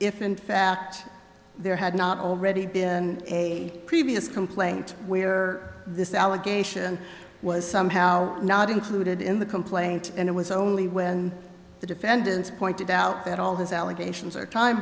if in fact there had not already been a previous complaint where this allegation was somehow not included in the complaint and it was only when the defendants pointed out that all those allegations are time